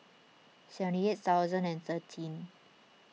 seventy eight thousand and thirteen